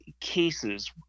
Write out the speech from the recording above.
cases